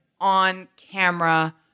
on-camera